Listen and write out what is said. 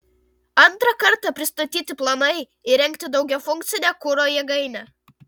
antrą kartą pristatyti planai įrengti daugiafunkcę kuro jėgainę